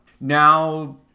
Now